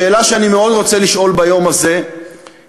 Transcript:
השאלה שאני מאוד רוצה לשאול ביום הזה היא